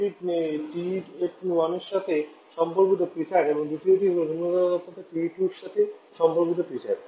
এটি TE1 এর সাথে সম্পর্কিত Psat এবং দ্বিতীয়টি হল নিম্নতর তাপমাত্রা TE2 এর সাথে সম্পর্কিত Psat